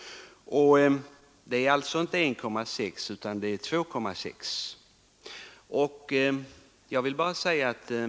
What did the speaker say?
Antalet tjänster är alltså inte 1 1 6.